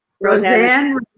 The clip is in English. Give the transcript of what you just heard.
Roseanne